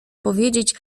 powiedzieć